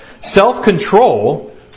self-control